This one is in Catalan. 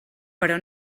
però